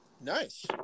Nice